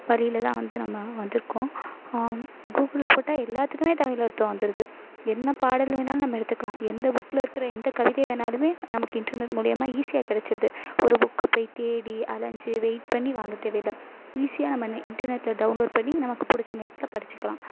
வழியில் தான் வந்து நம்ம வந்திருக்கோம் கூகுளில் போட்டால் எல்லாத்துக்குமே தமிழ் அர்த்தம் வந்துடுது என்ன பாடல் வேணால் நம்ம எடுத்துக்கலாம் எந்த புக்கில் இருக்கிற எந்த கவிதையை வேணாலுமே நமக்கு இன்டர்நெட் மூலிமா ஈஸியாக கிடச்சிருது ஒரு புக்கை போயி தேடி அலைஞ்சி வெயிட் பண்ணி வாங்க தேவையில்ல ஈஸியாக நம்ம நே இன்டர்நெட்டில் டௌன்லோட் பண்ணி நமக்கு பிடிச்ச நேரத்தில் படித்துக்கலாம்